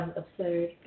absurd